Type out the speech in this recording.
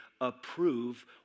approve